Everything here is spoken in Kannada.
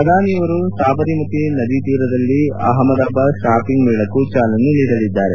ಪ್ರಧಾನಿ ಅವರು ಸಾಬರಮತಿ ನದಿ ತೀರದಲ್ಲಿ ಆಹಮದಾಬಾದ್ ಶಾಪಿಂಗ್ ಮೇಳಕ್ಕೂ ಚಾಲನೆ ನೀಡಲಿದ್ದಾರೆ